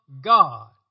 God